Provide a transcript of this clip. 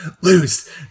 lose